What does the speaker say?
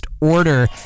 order